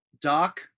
Doc